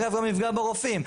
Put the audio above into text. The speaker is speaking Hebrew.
אגב גם יפגע ברופאים,